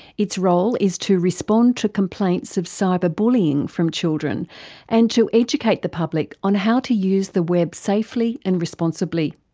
its role is to respond to complaints of cyber bullying from children and to educate the public on how to use the web safely and responsibly.